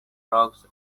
frogs